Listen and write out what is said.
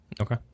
Okay